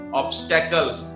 obstacles